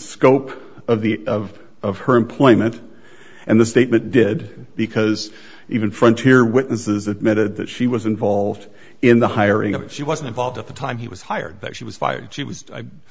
scope of the of of her employment and the statement did because even frontier witnesses admitted that she was involved in the hiring of if she wasn't involved at the time he was hired that she was fired she was